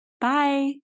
Bye